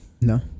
No